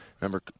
Remember